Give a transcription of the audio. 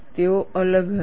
તેઓ અલગ હશે